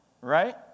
right